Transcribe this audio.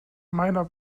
meiner